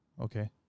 Okay